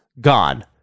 gone